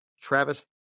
travis